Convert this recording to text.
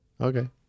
Okay